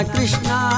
Krishna